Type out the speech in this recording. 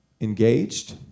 engaged